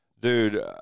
dude